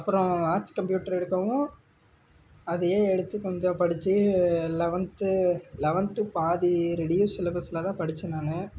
அப்புறம் arts computer எடுக்கவும் அதையே எடுத்து கொஞ்சம் படித்து லெவன்த்து லெவன்த்து பாதி ரெடியூஸ் சிலபஸில் தான் படித்தேன் நான்